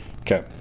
Okay